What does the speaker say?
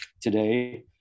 today